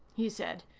he said.